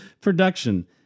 production